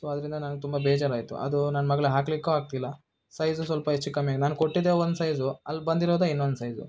so ಅದರಿಂದ ನನಗೆ ತುಂಬ ಬೇಜಾರಾಯಿತು ಅದು ನನ್ನ ಮಗಳು ಹಾಕ್ಲಿಕ್ಕೂ ಆಗ್ತಿಲ್ಲ ಸೈಝು ಸ್ವಲ್ಪ ಹೆಚ್ಚು ಕಮ್ಮಿಯಾಗಿದೆ ನಾನು ಕೊಟ್ಟಿದ್ದೇ ಒಂದು ಸೈಝು ಅಲ್ಲಿ ಬಂದಿರೋದೇ ಇನ್ನೊಂದು ಸೈಝು